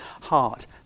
heart